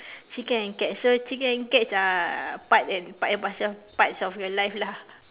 chicken and cat so chicken and cats are part and par~ eh parcel parts of your life lah